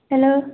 hello